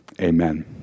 Amen